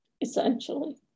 essentially